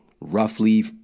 roughly